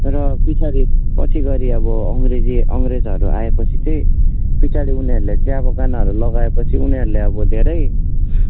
र पिछाडि पछि गरी अब अङ्ग्रेजी अङ्ग्रेजहरू आएपछि चाहिँ पिछाडि उनीहरूले चिया बगानहरू लगाएपछि उनीहरूले अब धेरै